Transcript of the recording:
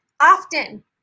often